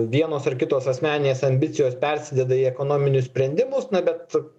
vienos ar kitos asmeninės ambicijos persideda į ekonominius sprendimus na bet